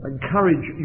Encourage